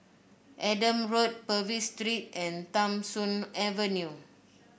Adam Road Purvis Street and Tham Soong Avenue